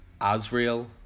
Azrael